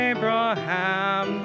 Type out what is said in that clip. Abraham